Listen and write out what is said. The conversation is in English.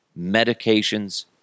medications